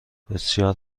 بسیار